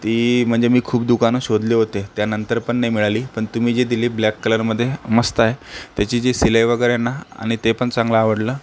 ती म्हणजे मी खूप दुकानं शोधले होते त्यानंतर पण नाही मिळाली पण तुम्ही जी दिली ब्लॅक कलरमध्ये मस्त आहे त्याची जी शिलाई वगैरे आहे ना आणि ते पण चांगलं आवडलं